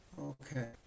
okay